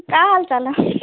क्या हाल चाल हे